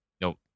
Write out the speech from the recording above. nope